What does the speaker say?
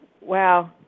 wow